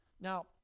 Now